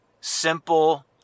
simple